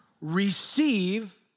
receive